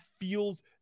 feels